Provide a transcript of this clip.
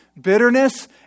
bitterness